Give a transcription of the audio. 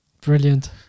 brilliant